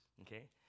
okay